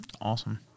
awesome